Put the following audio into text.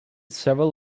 several